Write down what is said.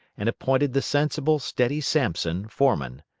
and appointed the sensible, steady sampson foreman.